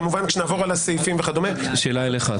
כמובן כשנעבור על הסעיפים וכדומה --- יש לי שאלה אליך,